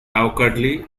awkwardly